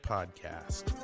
Podcast